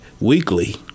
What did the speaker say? Weekly